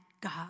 God